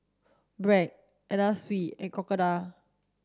Bragg Anna Sui and Crocodile